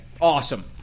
Awesome